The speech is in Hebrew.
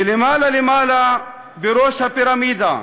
ולמעלה למעלה, בראש הפירמידה,